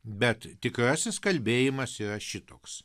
bet tikrasis kalbėjimasis yra šitoks